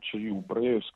čia jau praėjus